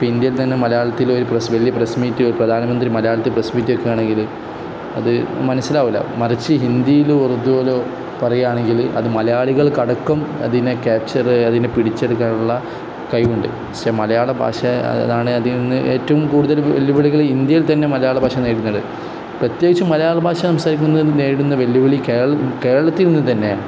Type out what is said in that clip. ഇപ്പം ഇന്ത്യയിൽ തന്നെ മലയാളത്തിൽ ഒരു വലയ പ്രസ മിറ്റ ഒരു പ്രധാനമന്ത്രി മലയാളത്തിൽ പ്രസ് മീറ്റ് വയ്ക്കുകയാണെങ്കിൽ അത് മനസ്സിലാവില്ല മറിച്ചു ഹിന്ദിയിലോ ഉറുദുവിലോ പറയുകയാണെങ്കിൽ അത് മലയാളികൾക്ക് അടക്കം അതിനെ ക്യാപ്ച്ചറ് അതിനെ പിടിച്ചെടുക്കാനുള്ള കഴിവുണ്ട് പക്ഷേ മലയാള ഭാഷ അതാണ് അതിൽ ഇന്ന് ഏറ്റവും കൂടുതൽ വെല്ലുവിളികൾ ഇന്ത്യയിൽ തന്നെ മലയാള ഭാഷ നേരിടുന്നുണ്ട് പ്രത്യേകിച്ചു മലയാള ഭാഷ സംസാരിക്കുന്നത് നേരിടുന്ന വെല്ലുവിളി കേരളത്തിൽ നിന്ന് തന്നെയാണ്